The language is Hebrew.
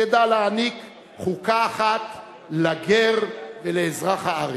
תדע להעניק חוקה אחת לגר ולאזרח הארץ.